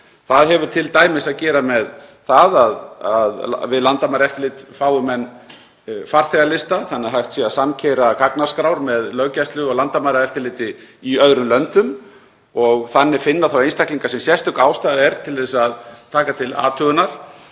Það hefur t.d. með það að gera að við landamæraeftirlit fái menn farþegalista þannig að hægt sé að samkeyra gagnaskrár með löggæslu og landamæraeftirliti í öðrum löndum og finna þannig þá einstaklinga sem sérstök ástæða er til að taka til athugunar